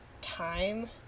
time